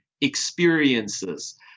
experiences